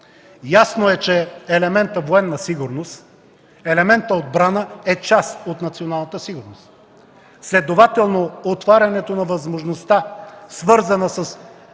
Ясно е, че елементът военна сигурност, елементът отбрана е част от националната сигурност. Следователно отварянето на възможността, свързана с